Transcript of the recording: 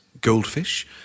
goldfish